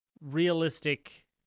realistic